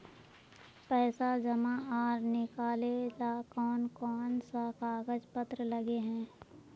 पैसा जमा आर निकाले ला कोन कोन सा कागज पत्र लगे है?